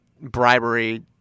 bribery